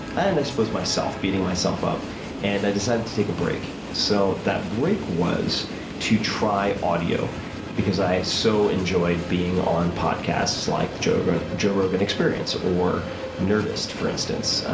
and i suppose myself, beating myself up. and i decided to take a break. so that break was to try audio because i so enjoyed being on podcasts like the joe rogen joe rogen experience, or nerdist, for instance.